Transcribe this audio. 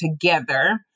together